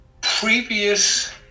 previous